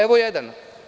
Evo jedan.